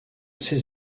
ses